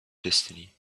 destiny